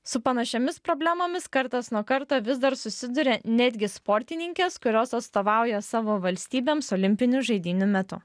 su panašiomis problemomis kartas nuo karto vis dar susiduria netgi sportininkės kurios atstovauja savo valstybėms olimpinių žaidynių metu